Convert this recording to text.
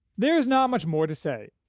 there is not much more to say,